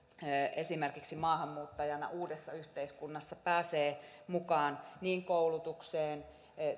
esimerkiksi maahanmuuttajana uudessa yhteiskunnassa pääsee mukaan niin koulutukseen